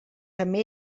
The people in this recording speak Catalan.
també